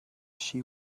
she